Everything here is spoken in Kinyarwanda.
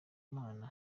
mana